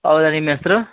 ಹೌದ ನಿಮ್ಮ ಹೆಸ್ರು